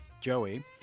Joey